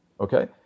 Okay